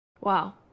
Wow